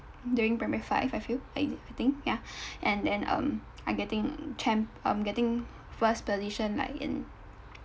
during primary five I feel I think ya and then um like getting champ um getting first position like in